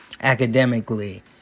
academically